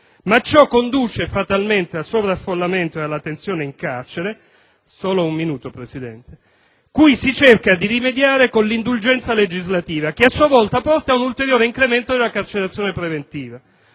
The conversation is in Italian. Ma ciò conduce fatalmente al sovraffollamento e alla tensione in carcere, cui si cerca di rimediare con l'indulgenza legislativa, che a sua volta porta ad un ulteriore aumento della carcerazione preventiva.